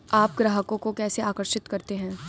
आप ग्राहकों को कैसे आकर्षित करते हैं?